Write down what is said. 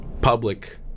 public